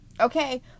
okay